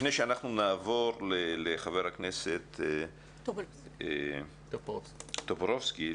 לפני שנעבור לחבר הכנסת בועז טופורובסקי,